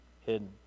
hidden